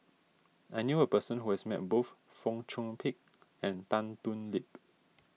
I knew a person who has met both Fong Chong Pik and Tan Thoon Lip